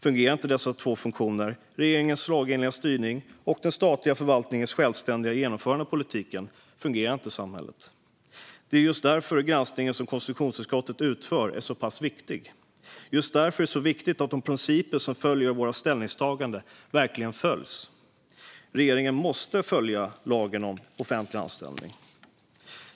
Fungerar inte dessa två funktioner - regeringens lagenliga styrning och den statliga förvaltningens självständiga genomförande av politiken - fungerar inte samhället. Just därför är den granskning som konstitutionsutskottet utför så viktig, och just därför är det så viktigt att de principer som följer av våra ställningstaganden verkligen iakttas. Regeringen måste följa lagen om offentlig anställning.